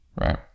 right